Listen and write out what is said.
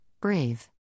brave